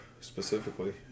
specifically